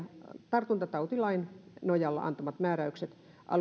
tartuntatautilain nojalla antamat määräykset